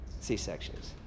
C-sections